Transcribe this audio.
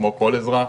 כמו כל אזרח,